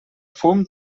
fum